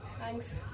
Thanks